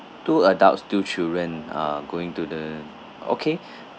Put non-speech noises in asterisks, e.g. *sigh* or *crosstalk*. two adults two children uh going to the okay *breath*